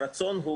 הרצון הוא,